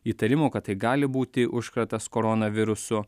įtarimų kad tai gali būti užkratas koronavirusu